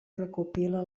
recopila